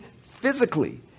physically